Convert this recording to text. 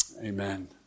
Amen